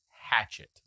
Hatchet